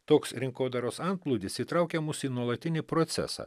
toks rinkodaros antplūdis įtraukia mus į nuolatinį procesą